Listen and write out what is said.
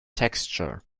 texture